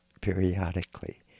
periodically